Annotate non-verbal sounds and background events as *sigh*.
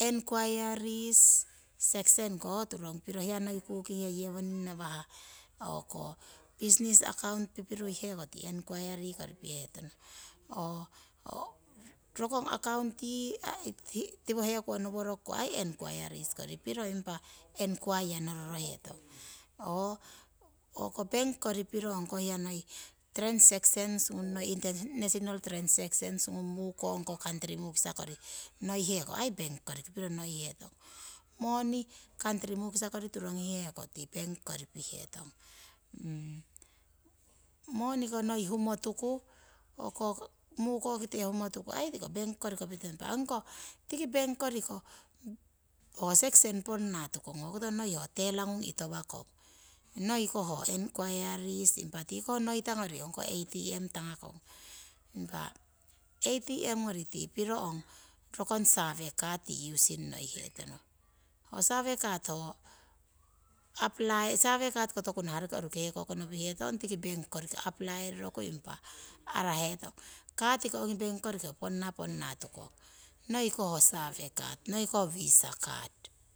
enquiries section ko ho turong piro hiya noi kukihe yewoning ngawah, business account pipiruhihe ko tii enquiry kori pihetong, oo rokong ko account yii tiwo hekowo ngoworoku aii enquiries kori piro impa enquire ngororohetong. Oo owoko bank kori piro ongko hiya noiyi transactions ngung noi international transactions ngung, muko ong country mukisa kori ai bank koriki piro noihetong. Moni country mukisakori turongihe ko tii bank kori pihetong. *hesitation* moni ko noi mukokite humotuku o'ko mukokite humotuku tiko bank koriko nopihetong. Impa tiki bank koriki ho section ponna tukong, hokoto noi ho teller ngung itowakong, noi ho enquiries impa tiko noitakori ongkoh atm tangakong. Impa atm ngori tii piro ong rokong save card using ngoihetono. Ho save card ho apply ko tiko bank koriko aplly roroku araherong. Katiko ongi bank koriki ho ponna ponna tukong, noi ko save card, noi ko visa card